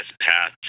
path